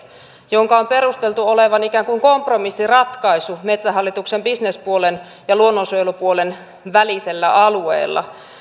jonka on perusteltu olevan ikään kuin kompromissiratkaisu metsähallituksen bisnespuolen ja luonnonsuojelupuolen välisellä alueella